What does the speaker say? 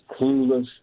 clueless